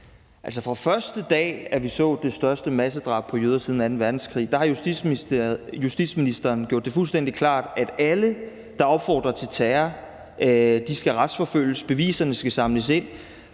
(S): Fra første dag, hvor vi så det største massedrab på jøder siden anden verdenskrig, har justitsministeren gjort det fuldstændig klart, at alle, der opfordrer til terror, skal retsforfølges. Beviserne skal samles ind.